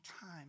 time